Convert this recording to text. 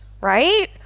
right